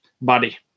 body